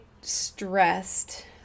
stressed